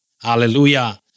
Hallelujah